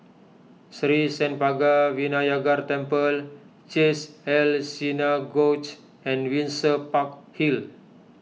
Sri Senpaga Vinayagar Temple Chesed El Synagogue and Windsor Park Hill